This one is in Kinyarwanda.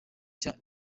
nshya